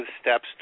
steps